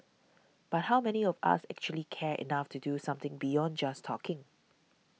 but how many of us actually care enough to do something beyond just talking